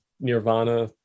Nirvana